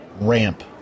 ramp